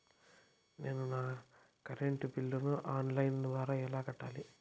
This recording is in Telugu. నేను నా కరెంటు బిల్లును ఆన్ లైను ద్వారా ఎలా కట్టాలి?